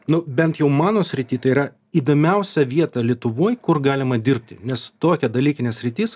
nu bent jau mano srityj tai yra įdomiausia vieta lietuvoj kur galima dirbti nes tokia dalykinė sritis